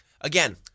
again